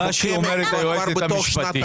מה שאומרת היועצת המשפטית,